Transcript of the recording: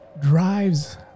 drives